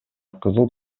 кызыл